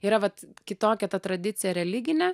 yra vat kitokia ta tradicija religinė